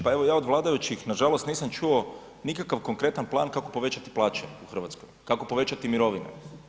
Pa evo, ja od vladajućih nažalost nisam čuo nikakav konkretan plan kako povećati plaće u Hrvatskoj, kako povećati mirovine.